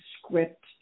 script